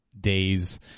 days